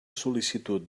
sol·licitud